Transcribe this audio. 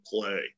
play